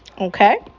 okay